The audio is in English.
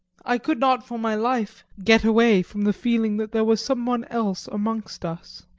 i could not for my life get away from the feeling that there was some one else amongst us.